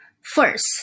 First